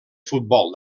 futbol